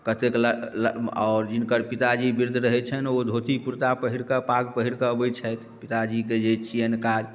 कतेक ल ल आओर जिनकर पिताजी वृद्ध रहै छनि ओ धोती कुरता पहिरकऽ पाग पहिरकऽ अबै छथि पिताजीके जे छियनि काज